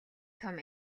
том